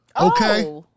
okay